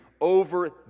over